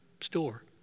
store